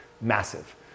massive